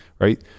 right